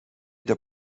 der